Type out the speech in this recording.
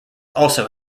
also